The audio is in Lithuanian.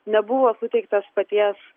nebuvo suteiktas paties